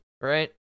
right